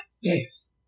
Yes